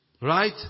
Right